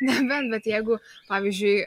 nebent bet jeigu pavyzdžiui